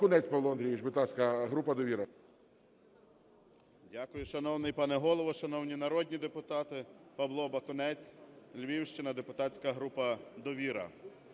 Дякую. Шановний пане Голово, шановні народні депутати! Павло Бакунець, Львівщина, депутатська група "Довіра".